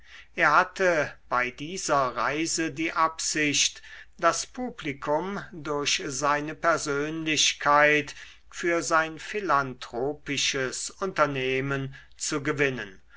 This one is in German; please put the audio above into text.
er hatte bei dieser reise die absicht das publikum durch seine persönlichkeit für sein philanthropisches unternehmen zu gewinnen